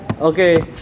okay